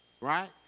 Right